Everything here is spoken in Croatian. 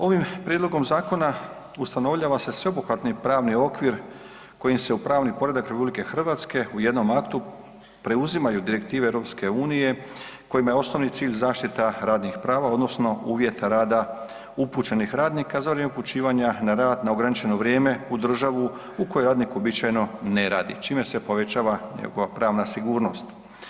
Ovim prijedlogom zakona ustanovljava se sveobuhvatni pravni okvir kojim se u pravni poredak RH u jednom aktu preuzimaju direktive EU kojima je osnovni cilj zaštita radnih prava odnosno uvjeta rada upućenih radnika za vrijeme upućivanja na rad na ograničeno vrijeme u državu u kojoj radnik uobičajeno ne radi čime se povećava njegova pravna sigurnost.